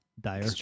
Dire